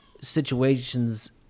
situations